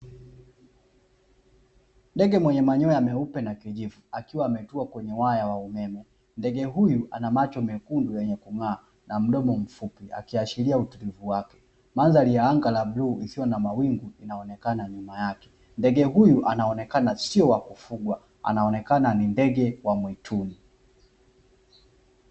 Ndege mwenye manyoa meupe na kijivu akiwa ametua kwenye waya wa umeme, ndege huyu anamacho mekundu na yenye kung'aa na mdomo mfupi akiashiria utulivu wake, mandhari ya anga la bluu lisilo na mawingu linaonekana nyuma yake, ndege huyu anaonekana sio wa kufugwa anaonekana ni ndege wa mwituni.